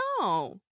no